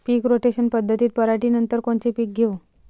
पीक rotation पद्धतीत पराटीनंतर कोनचे पीक घेऊ?